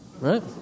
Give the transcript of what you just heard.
right